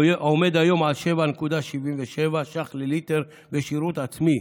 והוא עומד היום על 7.77 ש"ח לליטר בשירות עצמי.